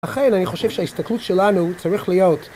לכן, אני חושב שההסתכלות שלנו צריך להיות